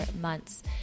months